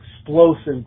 explosive